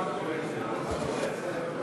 כהצעת הוועדה,